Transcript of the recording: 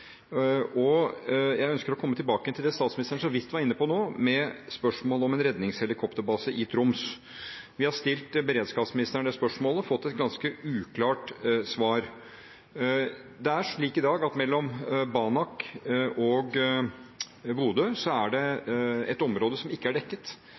Jeg ønsker å komme tilbake til det statsministeren så vidt var inne på nå, som gjelder spørsmålet om en redningshelikopterbase i Troms. Vi har stilt beredskapsministeren det spørsmålet og fått et ganske uklart svar. Det er slik i dag at mellom Banak og Bodø er det et område som ikke er dekket – det